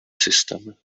system